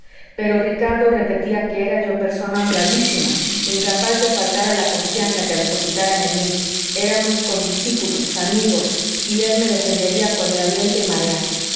pero ricardo repetía que era yo persona honradísima incapaz de faltar a la confianza que depositaran en mí éramos condiscípulos amigos y él me defendería contra viento y marea